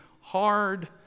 hard